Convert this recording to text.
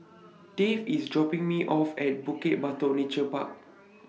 Dave IS dropping Me off At Bukit Batok Nature Park